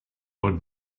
would